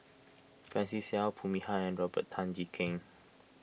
Francis Seow Foo Mee Har and Robert Tan Jee Keng